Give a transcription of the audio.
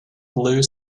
blue